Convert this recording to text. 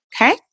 okay